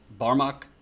Barmak